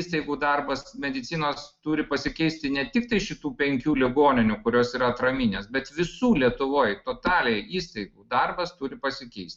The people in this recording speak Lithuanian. įstaigų darbas medicinos turi pasikeisti ne tik tai šitų penkių ligoninių kurios yra atraminės bet visų lietuvoj totaliai įstaigų darbas turi pasikeisti